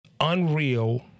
Unreal